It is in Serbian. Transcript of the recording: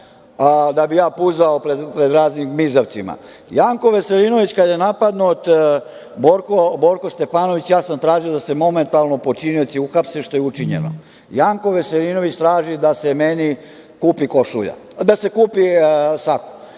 da bi ja puzao pred raznim gmizavcima. Kada je Janko Veselinović napadnut Borko Stefanović, ja sam tražio da se momentalno počinioci uhapse, što je učinjeno. Janko Veselinović traži da se meni kupi sako. Meni nije